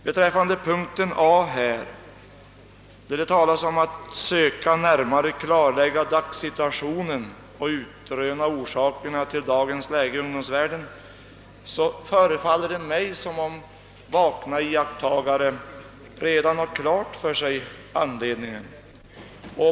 Beträffande punkten a) i motionen som citeras på utlåtandets första sida, »att söka närmare klarlägga dagssituationen och utröna orsakerna till dagens läge i ungdomsvärlden», förefaller det mig som om vakna iaktitagare redan har klart för sig anledningen.